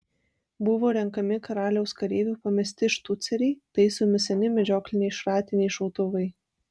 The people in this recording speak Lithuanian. buvo renkami karaliaus kareivių pamesti štuceriai taisomi seni medžiokliniai šratiniai šautuvai